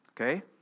Okay